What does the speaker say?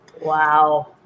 Wow